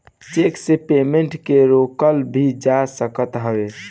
check से payment के रोकल भी जा सकत हवे